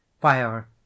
Fire